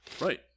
Right